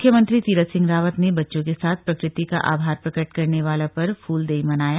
मुख्यमंत्री तीरथ सिंह रावत ने बच्चों के साथ प्रकृति का आभार प्रकट करने वाला पर्व फूलदेई मनाया